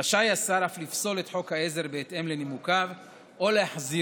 רשאי השר אף לפסול את חוק העזר בהתאם לנימוקיו או להחזירו